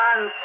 One